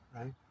right